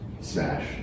Smash